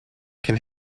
can